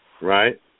right